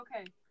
Okay